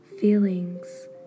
Feelings